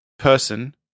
person